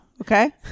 okay